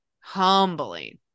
humbling